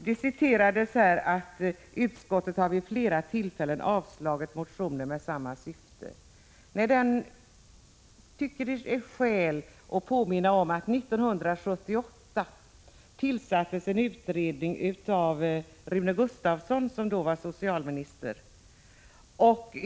Skrivningen om att utskottet vid flera tillfällen har avslagit motioner med samma syfte citerades. Jag tycker det finns skäl att påminna om att en utredning tillsattes redan 1978 av Rune Gustavsson, som då var socialminister.